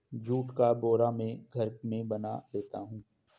जुट का बोरा मैं घर में बना लेता हूं